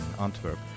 Antwerp